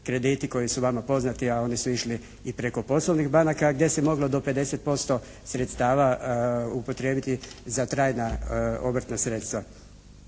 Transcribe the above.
krediti koji su vama poznati a oni su išli i preko poslovnih banka gdje se moglo do 50% sredstava upotrijebiti za trajna obrtna sredstva.